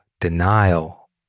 denial